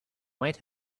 might